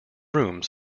rooms